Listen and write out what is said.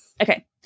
Okay